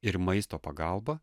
ir maisto pagalba